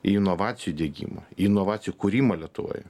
inovacijų diegimą inovacijų kūrimą lietuvoje